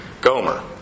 Gomer